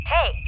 Hey